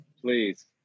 Please